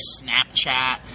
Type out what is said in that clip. Snapchat